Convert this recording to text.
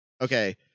Okay